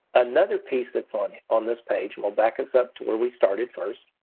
another piece that's on on this page, and we'll back us up to where we started first,